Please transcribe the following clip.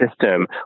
system